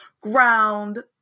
ground